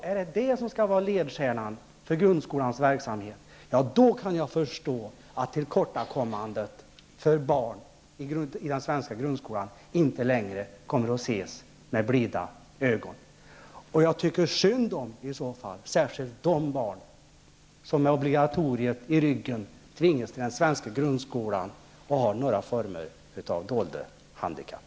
Om det är detta som skall vara ledstjärna för grundskolans verksamhet, då kan jag förstå att tillkortakommandet för barn i den svenska grundskolan inte längre kommer att ses med blida ögon. Jag tycker i så fall särskilt synd om de barn som, med obligatoriet i ryggen, tvingas till den svenska grundskolan och har några former av dolda handikapp.